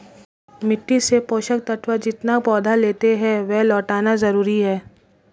मिट्टी से पोषक तत्व जितना पौधे लेते है, वह लौटाना जरूरी है